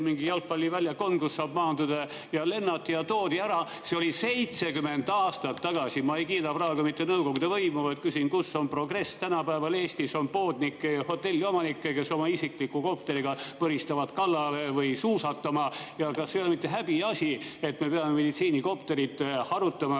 mõni jalgpalliväljak, kuhu saaks maanduda, ning siis lennati ja toodi [haige] ära. See oli 70 aastat tagasi. Ma ei kiida praegu mitte Nõukogude võimu, vaid küsin, kus on progress. Tänapäeval Eestis on poodnikke ja hotelliomanikke, kes oma isikliku kopteriga põristavad kalale või suusatama. Kas ei ole mitte häbiasi, et me peame meditsiinikopterit arutama